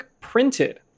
printed